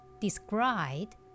described